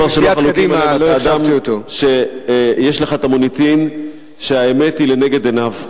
יש דבר שלא חלוקים עליו: אתה אדם שיש לו המוניטין שהאמת היא לנגד עיניו.